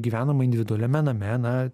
gyvenama individualiame name na